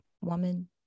woman